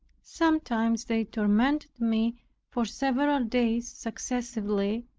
sometimes they tormented me for several days successively,